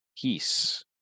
peace